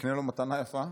אקנה לו מתנה יפה.